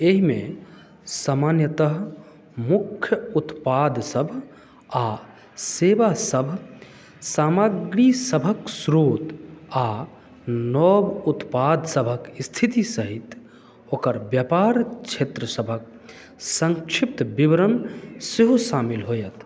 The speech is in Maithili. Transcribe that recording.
एहिमे सामान्यतः मुख्य उत्पादसभ आ सेवासभ सामग्रीसभक स्रोत आ नव उत्पादसभक स्थिति सहित ओकर व्यापार क्षेत्रसभक सँक्षिप्त विवरण सेहो शामिल होयत